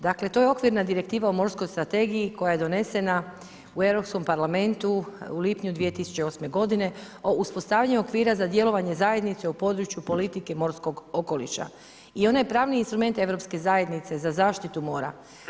Dakle to je okvirna direktiva o morskoj strategiji koja je donesena u Europskom parlamentu u lipnju 2008. godine o uspostavljanju okvira za djelovanje zajednice u području politike morskog okoliša i ona je pravni instrument europske zajednice za zaštitu mora.